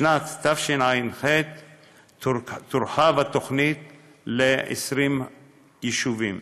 בשנת תשע"ח תורחב התוכנית ל-20 יישובים.